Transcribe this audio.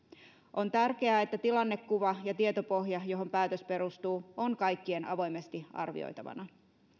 on tärkeää että tilannekuva ja tietopohja johon päätös perustuu on kaikkien avoimesti arvioitavana